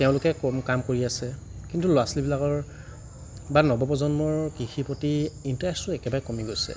তেওঁলোকে কম কাম কৰি আছে কিন্তু ল'ৰা ছোৱালীবিলাকৰ বা নৱপ্ৰজন্মৰ কৃষিৰ প্ৰতি ইনটাৰেষ্টটো একেবাৰে কমি গৈছে